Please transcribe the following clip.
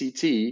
CT